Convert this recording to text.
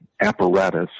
apparatus